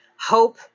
Hope